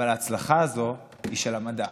אבל ההצלחה הזו היא של המדע.